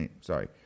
sorry